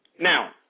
Now